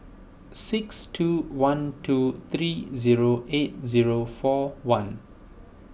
six two one two three zero eight zero four one